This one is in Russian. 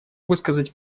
высказать